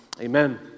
amen